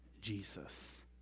Jesus